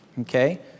okay